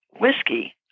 whiskey